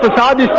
but da da